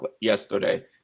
yesterday